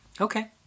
Okay